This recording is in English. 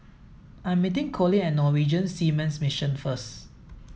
I'm meeting Collin at Norwegian Seamen's Mission first